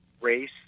race